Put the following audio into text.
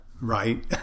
right